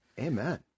Amen